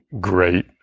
great